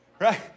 right